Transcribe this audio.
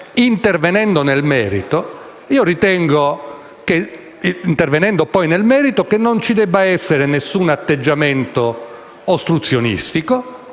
intervenire nel merito, ritengo che non ci debba essere alcun atteggiamento ostruzionistico,